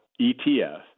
ETF